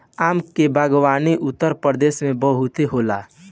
आम के बागवानी उत्तरप्रदेश में बहुते होला